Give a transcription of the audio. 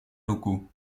locaux